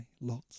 Lots